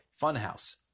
Funhouse